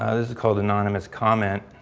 ah this is called anonymous comment.